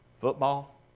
football